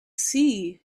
sea